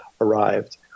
arrived